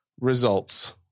results